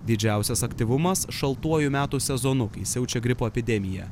didžiausias aktyvumas šaltuoju metų sezonu kai siaučia gripo epidemija